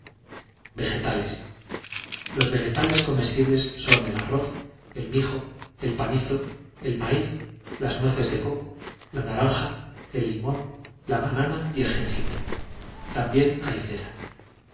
vegetales los vegetales comestibles son el arroz el mijo el panizo el maíz las nueces de coco la naranja el limón la banana y el jengibre también hay cera